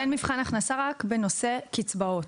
אין מבחן הכנסה רק בנושא קצבאות,